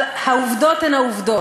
אבל העובדות הן העובדות.